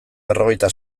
berrogeita